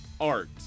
art